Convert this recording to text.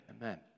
Amen